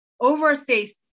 overseas